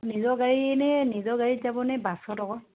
নিজৰ গাড়ী নে নিজৰ গাড়ীত যাবনে বাছত